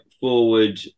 forward